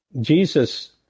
Jesus